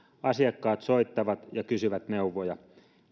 asiakkaat soittavat ja kysyvät neuvoja